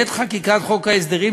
בעת חקיקת חוק ההסדרים,